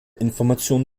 information